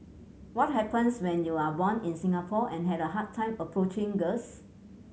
what happens when you are born in Singapore and had a hard time approaching girls